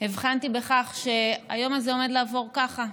הבחנתי בכך שהיום הזה עומד לעבור, ככה,